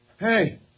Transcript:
Hey